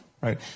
right